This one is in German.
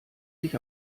sich